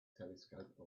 telescope